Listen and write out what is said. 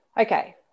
Okay